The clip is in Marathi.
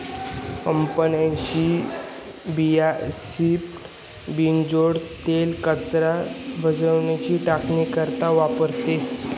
कपाशीन्या बियास्पाईन बनाडेल तेल कच्च्या भाजीस्वर टाकानी करता वापरतस